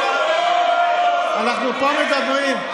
אנחנו פה מדברים,